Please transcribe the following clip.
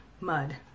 mud